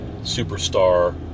superstar